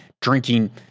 drinking